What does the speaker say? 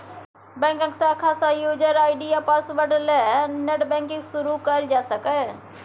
बैंकक शाखा सँ युजर आइ.डी आ पासवर्ड ल नेट बैंकिंग शुरु कयल जा सकैए